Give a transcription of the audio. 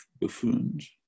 buffoons